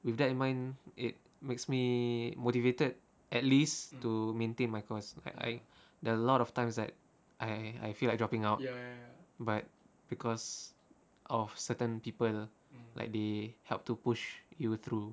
with that in mind it makes me motivated at least to maintain my course I there lot of times that I I feel like dropping out but because of certain people like they helped to push you through